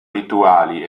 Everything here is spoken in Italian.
rituali